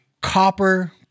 copper